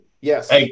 yes